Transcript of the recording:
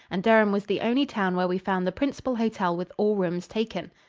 and durham was the only town where we found the principal hotel with all rooms taken.